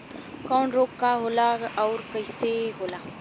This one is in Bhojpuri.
कवक रोग का होला अउर कईसन होला?